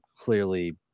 clearly